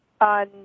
On